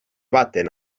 baten